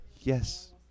Yes